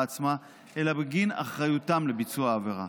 עצמה אלא בגין אחריותם לביצוע העבירה.